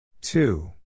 Two